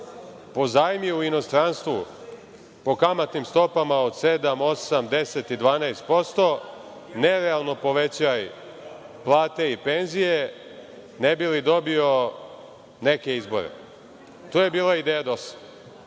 po zajmu u inostranstvu po kamatnim stopama od 7,8, 10 i 12 posto, nerealno povećaj plate i penzije, ne bi li dobio neke izbore. To je bila ideja